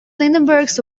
lindbergh